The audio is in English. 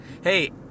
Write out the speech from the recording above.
Hey